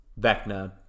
Vecna